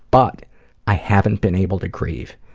but i haven't been able to grieve.